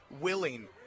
willing